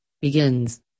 begins